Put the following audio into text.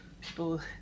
people